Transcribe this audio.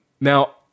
Now